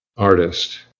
artist